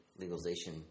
legalization